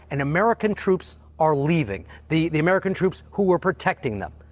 and american troops are leaving, the the american troops who were protecting them.